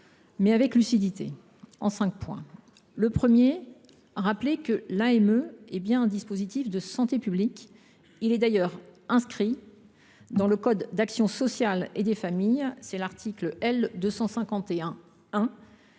mais avec lucidité, en cinq temps. Premièrement, l’AME est bien un dispositif de santé publique, qui est d’ailleurs inscrit dans le code d’action sociale et des familles – c’est l’article L. 251 1